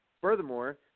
Furthermore